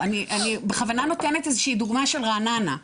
אני בכוונה נותנת איזושהי דוגמה של רעננה,